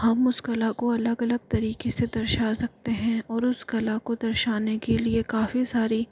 हम उस कला को अलग अलग तरीक़े से दर्शा सकते हैं और उस कला को दर्शाने के लिए काफ़ी सारी